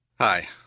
Hi